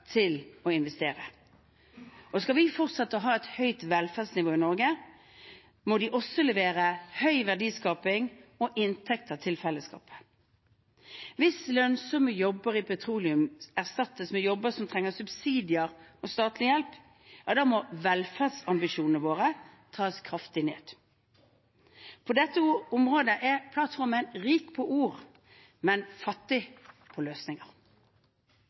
til å investere. Skal vi fortsette å ha et høyt velferdsnivå i Norge, må de også levere høy verdiskaping og inntekter til fellesskapet. Hvis lønnsomme jobber i petroleum erstattes med jobber som trenger subsidier og statlig hjelp, må velferdsambisjonene våre tas kraftig ned. På dette området er plattformen rik på ord, men fattig på løsninger.